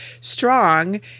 strong